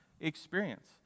experience